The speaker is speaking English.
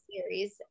series